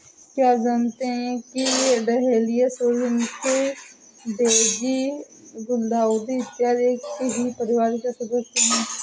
क्या आप जानते हैं कि डहेलिया, सूरजमुखी, डेजी, गुलदाउदी इत्यादि एक ही परिवार के सदस्य हैं